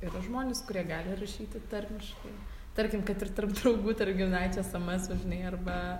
yra žmonės kurie gali rašyti tarmiškai tarkim kad ir tarp draugų tarp giminaičių esamesus žinai arba